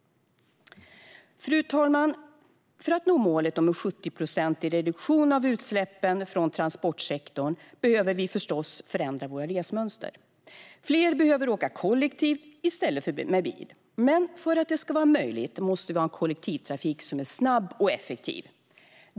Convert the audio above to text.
Fru talman! För att nå målet om en 70-procentig reduktion av utsläppen från transportsektorn behöver vi förstås förändra våra resmönster. Fler behöver åka kollektivt i stället för med bil. Men för att det ska vara möjligt måste vi ha en kollektivtrafik som är snabb och effektiv.